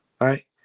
right